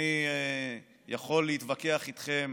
אני יכול להתווכח איתכם